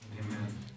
Amen